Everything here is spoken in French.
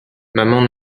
maman